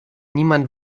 niemand